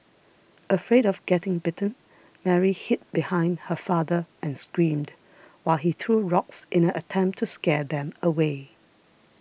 afraid of getting bitten Mary hid behind her father and screamed while he threw rocks in an attempt to scare them away